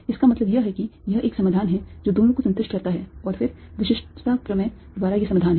इसका मतलब यह है कि यह एक समाधान है जो दोनों को संतुष्ट करता है और फिर विशिष्टता प्रमेय द्वारा ये समाधान हैं